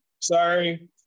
Sorry